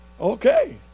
okay